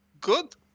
Good